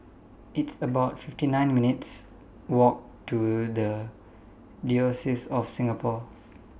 It's about fifty nine minutes' Walk to The Diocese of Singapore